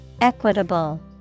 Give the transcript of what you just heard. Equitable